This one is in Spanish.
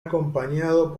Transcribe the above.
acompañado